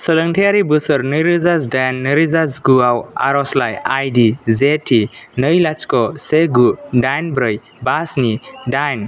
सोलोंथायारि बोसोर नैरोजा दाइन नैरोजा जिगुआव आर'जलाइ आइडि जे टि नै लाथिख' से गु दाइन ब्रै बा स्नि दाइन